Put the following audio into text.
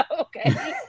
Okay